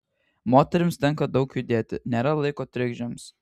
moterims tenka daug judėti nėra laiko trikdžiams